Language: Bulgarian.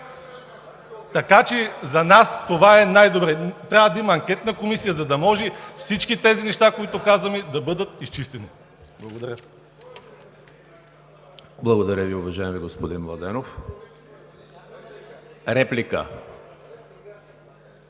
Така че за нас това е най-добре. Трябва да има анкетна комисия, за да може всички тези неща, които казваме, да бъдат изчистени. Благодаря. ПРЕДСЕДАТЕЛ ЕМИЛ ХРИСТОВ: Благодаря Ви, уважаеми господин Младенов. Реплика?